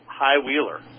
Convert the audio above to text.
high-wheeler